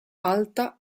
alta